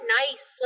nice